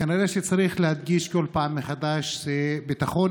כנראה שצריך להדגיש כל פעם מחדש שביטחון